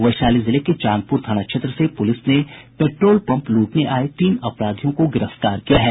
वैशाली जिले के चांदपुर थाना क्षेत्र से पुलिस ने पेट्रोल पंप लूटने आये तीन अपराधियों को गिरफ्तार किया है